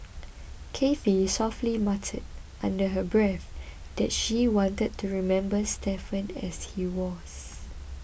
Cathy softly muttered under her breath that she wanted to remember Stephen as he was